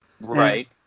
Right